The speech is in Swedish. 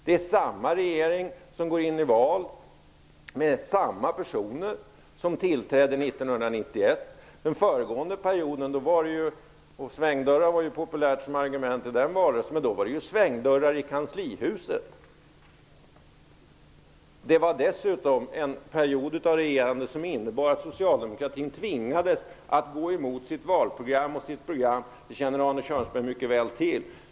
Det är samma regering som går in i valet, samma personer som tillträdde 1991. Under den förra valrörelsen var svängdörrar ett populärt uttryck, och under den föregående perioden var det ju svängdörrar också i kanslihuset! Det var dessutom en regeringsperiod som innebar att socialdemokratin tvingades gå emot sitt valprogram, vilket Arne Kjörnsberg mycket väl känner till.